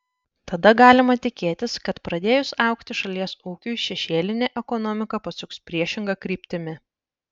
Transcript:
tada galima tikėtis kad pradėjus augti šalies ūkiui šešėlinė ekonomika pasuks priešinga kryptimi